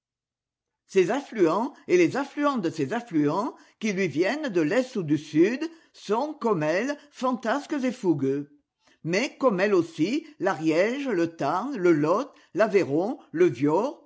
ses affluents et les affluents de ses affluents qu'ils lui viennent de l'est ou du sud sont comme elle fantasques et fougueux mais comme elle aussi l'ariège le tarn le lot l'aveyron le viaur